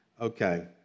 Okay